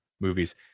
movies